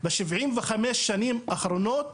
ב-75 השנים האחרונות,